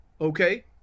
okay